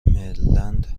مریلند